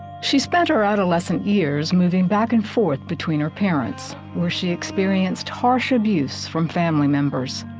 she spent around a lesson years moving back and forth between her parents where she experienced harsh abuse from family members.